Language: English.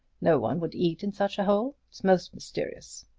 no one would eat in such a hole. it is most mysterious!